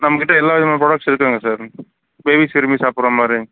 நம்பக்கிட்ட எல்லா விதமான ப்ராடக்ட்ஸ் இருக்குங்க சார் பேபிஸ் விரும்பி சாப்பிட்ற மாதிரி